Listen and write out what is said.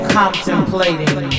contemplating